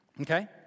Okay